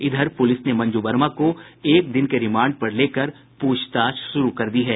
इधर पुलिस ने मंजू वर्मा को एक दिन के रिमांड पर लेकर पूछताछ शुरू कर दी है